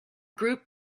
group